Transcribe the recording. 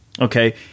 okay